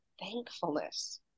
thankfulness